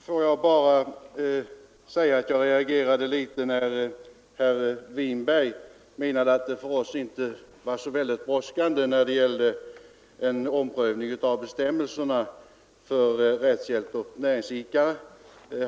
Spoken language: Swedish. Herr talman! Får jag bara säga att jag reagerade litet när herr Winberg menade att det för oss inte var så särskilt brådskande med en omprövning av bestämmelserna för rättshjälp åt näringsidkare.